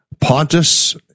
Pontus